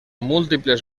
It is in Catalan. múltiples